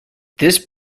this